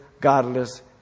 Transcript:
godless